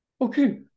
Okay